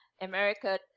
America